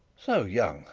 so young,